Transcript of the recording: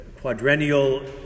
quadrennial